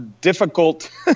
difficult